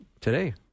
today